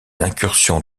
incursions